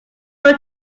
were